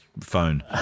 phone